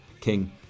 King